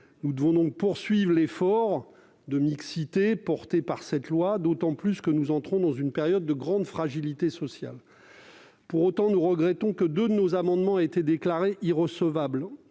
Nous devons donc poursuivre l'effort de mixité porté par cette loi. Nous entrons en effet dans une période de grande fragilité sociale. Nous regrettons que deux de nos amendements aient été déclarés irrecevables.